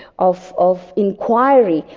of of inquiry,